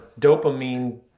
dopamine